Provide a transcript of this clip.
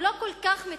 הוא לא כל כך מתוחכם.